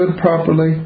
properly